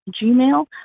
gmail